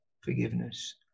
forgiveness